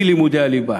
אי-לימוד הליבה.